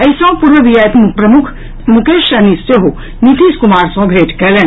एहि सँ पूर्व वीआईपी प्रमुख मुकेश सहनी सेहो नीतीश कुमार सँ भेंट कयलनि